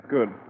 Good